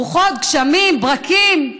רוחות, גשמים, ברקים.